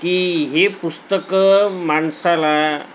की ही पुस्तकं माणसाला